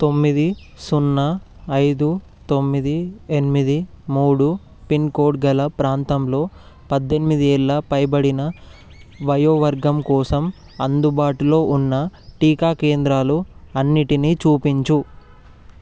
తొమ్మిది సున్నా ఐదు తొమ్మిది ఎనిమిది మూడు పిన్కోడ్గల ప్రాంతంలో పద్దెనిమిది ఏళ్ళు పైబడిన వయోవర్గం కోసం అందుబాటులో ఉన్న టీకా కేంద్రాలు అన్నింటిని చూపించు